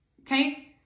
Okay